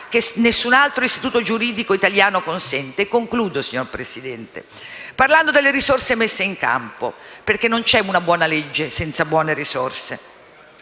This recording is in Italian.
che nessun altro istituto giuridico italiano consente. Concludo, signor Presidente, parlando delle risorse messe in campo, perché non c'è una buona legge senza adeguate risorse.